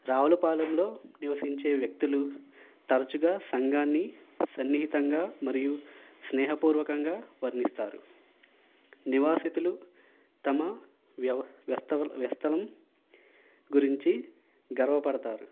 రావులపాలెంలో నివసించే వ్యక్తులు తరచుగా సంఘాన్ని సన్నిహితంగా మరియు స్నేహాపూర్వకంగా వర్ణిస్తారు నివాసితులు తమ వ్యవ వ్యస్థ వ్యస్థలం గురించి గర్వపడతారు